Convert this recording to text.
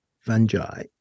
fungi